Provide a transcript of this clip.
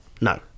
No